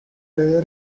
prayer